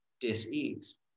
dis-ease